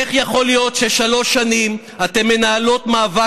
איך יכול להיות ששלוש שנים אתן מנהלות מאבק